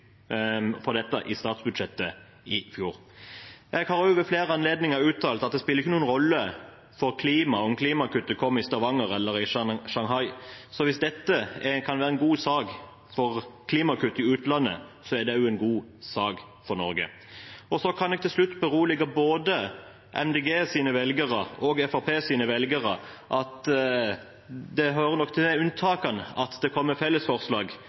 dette i statsbudsjettet i fjor. Jeg har også ved flere anledninger uttalt at det ikke spiller noen rolle for klimaet om klimakuttet kommer i Stavanger eller i Shanghai. Hvis dette kan være en god sak for klimakutt i utlandet, er det også en god sak for Norge. Til slutt kan jeg berolige både Miljøpartiet De Grønnes velgere og Fremskrittspartiets velgere med at det nok hører til unntakene at det kommer